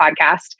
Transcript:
podcast